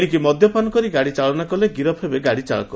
ଏଶିକି ମଦ୍ୟପାନ କରି ଗାଡ଼ିଚାଳନା କଲେ ଗିରଫ ହେବେ ଗାଡ଼ି ଚାଳକ